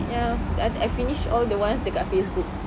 ya I I finished all the ones dekat Facebook